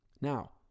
Now